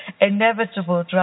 inevitable